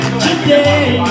today